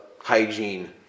hygiene